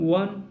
one